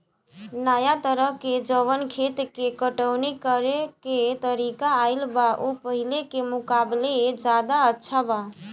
नाया तरह के जवन खेत के पटवनी करेके तरीका आईल बा उ पाहिले के मुकाबले ज्यादा अच्छा बा